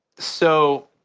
so,